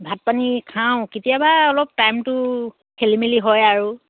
ভাত পানী খাওঁ কেতিয়াবা অলপ টাইমটো খেলি মেলি হয় আৰু